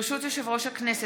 ברשות יושב-ראש הכנסת,